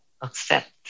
accept